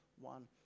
one